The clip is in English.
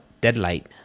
Deadlight